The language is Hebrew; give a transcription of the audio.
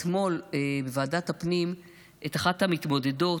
אתמול בוועדת הפנים את אחת המתמודדות,